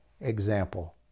example